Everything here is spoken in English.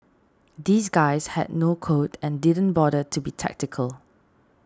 these guys had no code and didn't bother to be tactical